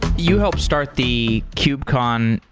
you help start the cube-con,